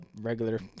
regular